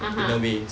(uh huh)